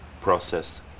process